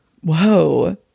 Whoa